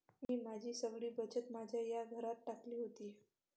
मी माझी सगळी बचत माझ्या या घरात टाकली होती